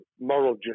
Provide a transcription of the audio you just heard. moral